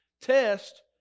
Test